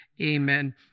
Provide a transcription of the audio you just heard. amen